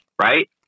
Right